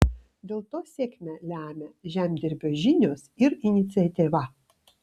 dėl to sėkmę lemia žemdirbio žinios ir iniciatyva